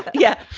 yeah,